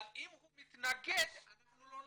אבל אם הוא מתנגד, הם לא נוגעים.